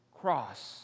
cross